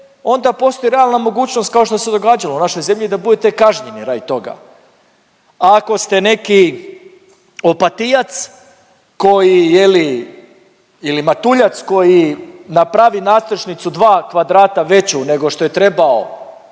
onda postoji realna mogućnost kao što se događalo u našoj zemlji da budete kažnjeni radi toga. A ako ste neki Opatijac koji, je li, ili Matuljac koji napravi nadstrešnicu dva kvadrata veću nego što je trebao